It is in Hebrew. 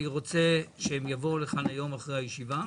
אני רוצה שהם יבואו לכאן היום אחרי הישיבה,